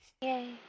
Yay